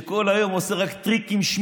שכל היום עושה רק טריקים-שמיקים.